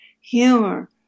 humor